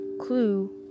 clue